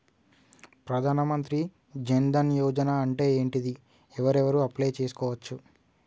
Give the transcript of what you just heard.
ప్రధాన మంత్రి జన్ ధన్ యోజన అంటే ఏంటిది? ఎవరెవరు అప్లయ్ చేస్కోవచ్చు?